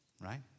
Right